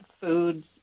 foods